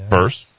First